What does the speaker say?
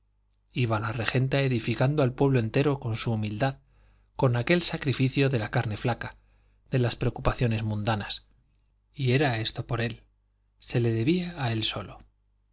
iba la regenta edificando al pueblo entero con su humildad con aquel sacrificio de la carne flaca de las preocupaciones mundanas y era esto por él se le debía a él sólo